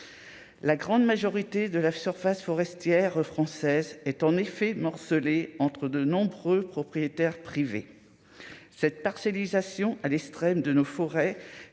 La grande majorité de la surface forestière française est en effet morcelé entre de nombreux propriétaires privés cette personnalisation à l'extrême de nos forêts